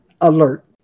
alert